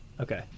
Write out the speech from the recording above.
Okay